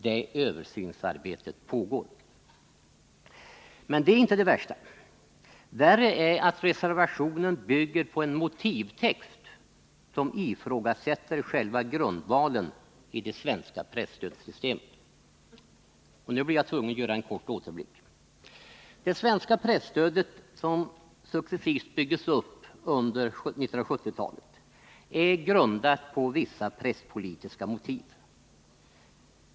Det översynsarbetet pågår. Det är emellertid inte det värsta. Värre är att reservationen, för det andra, bygger på en motivtext som ifrågasätter själva grundvalen i presstödssystemet. Jag blir au tvungen att göra en kort återblick. Det svenska presstödet, som successivt byggdes upp under 1970-talet, är grundat på vissa presspolitiska motiv.